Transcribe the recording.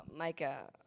Micah